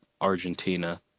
Argentina